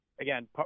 again